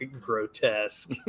grotesque